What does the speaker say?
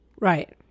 Right